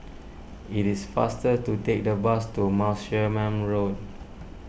it is faster to take the bus to Martlesham Road